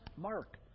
Mark